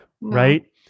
right